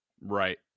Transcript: Right